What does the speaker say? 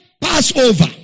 Passover